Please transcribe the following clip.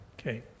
Okay